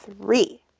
three